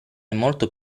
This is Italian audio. molto